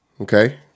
Okay